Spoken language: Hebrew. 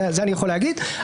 זה אני יכול להגיד.